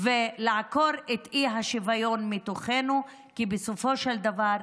ולעקר את האי-שוויון מתוכנו, כי בסופו של דבר,